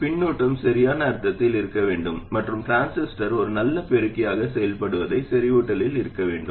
பின்னூட்டம் சரியான அர்த்தத்தில் இருக்க வேண்டும் மற்றும் டிரான்சிஸ்டர் ஒரு நல்ல பெருக்கியாக செயல்படுவதற்கு செறிவூட்டலில் இருக்க வேண்டும்